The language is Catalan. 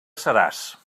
seràs